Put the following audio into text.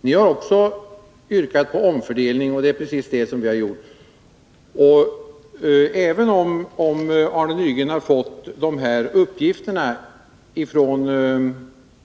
Ni har yrkat på omfördelning, och det är precis vad vi vill åstadkomma. Även om Arne Nygren har fått uppgift från